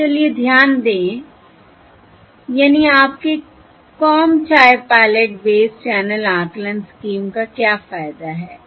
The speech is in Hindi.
तो चलिए ध्यान दें यानि आपके com type pilot based channel आकलन स्कीम का क्या फायदा है